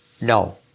No